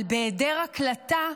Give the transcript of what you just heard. אבל בהיעדר הקלטה,